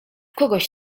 kogoś